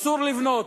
אסור לבנות.